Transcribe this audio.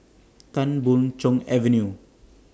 Tan Boon Chong Avenue